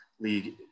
league